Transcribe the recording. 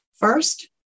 First